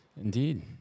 Indeed